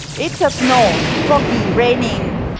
it's up north, foggy, raining,